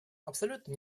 абсолютно